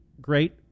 great